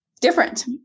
different